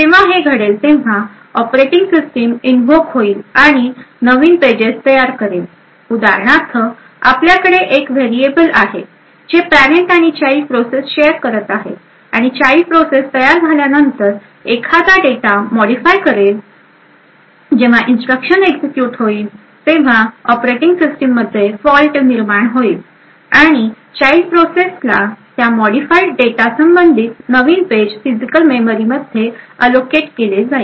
जेव्हा हे घडेल तेव्हा ऑपरेटिंग सिस्टिम इनव्होक होईल आणि नवीन पेजेस तयार करेलउदाहरणार्थ आपल्याकडे एक व्हेरिएबल आहे जे पॅरेंट आणि चाइल्ड प्रोसेस शेयर करत आहे आणि चाइल्ड प्रोसेस तयार झाल्यानंतर एखादा डेटा मॉडीफाय करेल जेव्हा इन्स्ट्रक्शन एक्झिक्युट होईल तेव्हा ऑपरेटिंग सिस्टीम मध्ये फॉल्ट निर्माण होईल आणि चाइल्ड प्रोसेसला त्या मॉडिफाइड डेटा संबंधित नवीन पेज फिजिकल मेमरी मध्ये अल्लोकेट केले जाईल